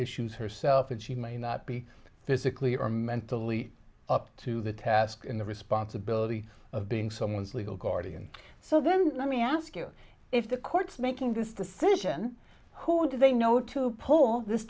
issues herself and she may not be physically or mentally up to the task in the responsibility of being someone's legal guardian so then let me ask you if the court's making this decision who do they know to pull this